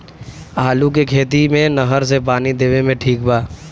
आलू के खेती मे नहर से पानी देवे मे ठीक बा?